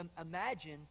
imagine